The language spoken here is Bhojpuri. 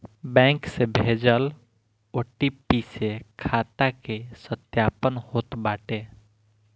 बैंक से भेजल ओ.टी.पी से खाता के सत्यापन होत बाटे